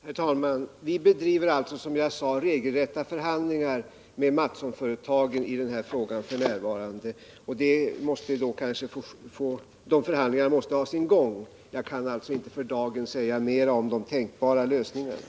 Herr talman! Vi bedriver f. n., som jag sade, regelrätta förhandlingar med Mattssonföretagen i denna fråga. De förhandlingarna måste få ha sin gång. För dagen kan jag därför inte säga mer om de tänkbara lösningarna.